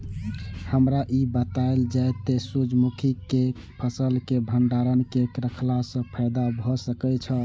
हमरा ई बतायल जाए जे सूर्य मुखी केय फसल केय भंडारण केय के रखला सं फायदा भ सकेय छल?